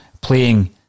playing